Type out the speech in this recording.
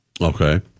Okay